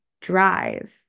drive